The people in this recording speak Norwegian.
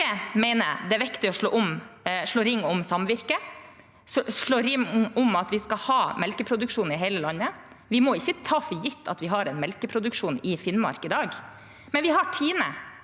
Jeg mener det er viktig å slå ring om samvirkene, slå ring om at vi skal ha melkeproduksjon i hele landet. Vi må ikke ta for gitt at vi har melkeproduksjon i Finnmark i dag. Vi har Tine,